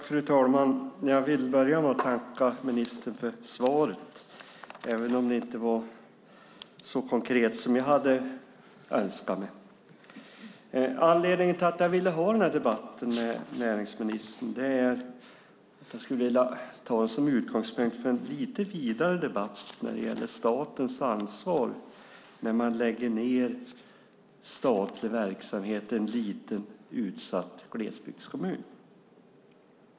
Fru talman! Jag vill börja med att tacka ministern för svaret även om det inte var så konkret som jag önskade. Anledningen till att jag ville ha debatten med näringsministern är att jag vill ta den som utgångspunkt för en lite vidare debatt om statens ansvar när man lägger ned statlig verksamhet i en liten utsatt glesbygdskommun.